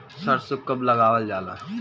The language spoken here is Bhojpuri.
सरसो कब लगावल जाला?